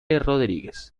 rodríguez